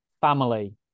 family